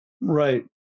Right